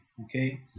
okay